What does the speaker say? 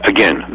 Again